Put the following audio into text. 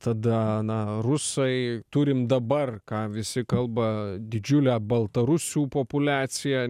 tada na rusai turim dabar ką visi kalba didžiulę baltarusių populiaciją